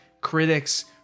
critics